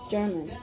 German